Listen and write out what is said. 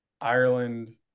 Ireland